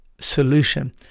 solution